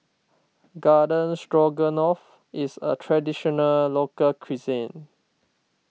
Garden Stroganoff is a Traditional Local Cuisine